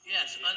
Yes